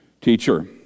Teacher